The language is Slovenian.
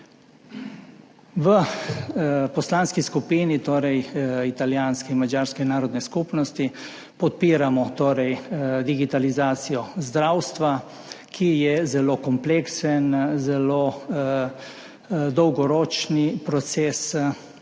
V Poslanski skupini italijanske in madžarske narodne skupnosti podpiramo digitalizacijo zdravstva, ki je zelo kompleksen, zelo dolgoročen proces,